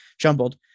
jumbled